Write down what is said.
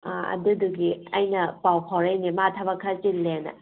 ꯑꯪ ꯑꯗꯨꯗꯨꯒꯤ ꯑꯩꯅ ꯄꯥꯎ ꯐꯥꯎꯔꯛꯏꯅꯦ ꯃꯥ ꯊꯕꯛ ꯈꯔ ꯆꯤꯜꯂꯦꯅ